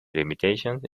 limitations